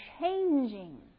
changing